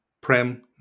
Prem